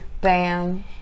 Bam